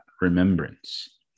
remembrance